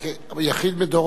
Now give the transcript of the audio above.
יחיד בדורו,